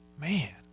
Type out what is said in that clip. Man